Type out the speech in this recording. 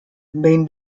behin